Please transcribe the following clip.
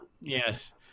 Yes